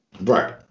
Right